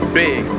big